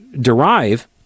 derive